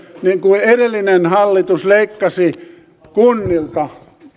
niin kuin edellinen hallitus leikkasi kunnilta